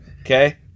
okay